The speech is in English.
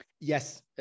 Yes